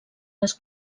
les